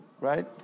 Right